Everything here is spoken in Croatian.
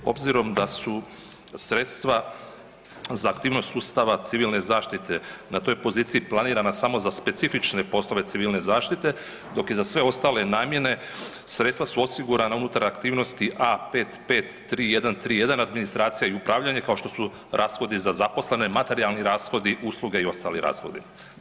Obzirom da su sredstva za aktivnost sustava civilne zaštite na toj poziciji planirana samo za specifične poslove civilne zaštite dok je za sve ostale namjene sredstva su osigurana unutar aktivnosti A 553131 administracija i upravljanje kao što su rashodi za zaposlene, materijalni rashodi, usluge i ostali rashodi.